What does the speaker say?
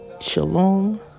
Shalom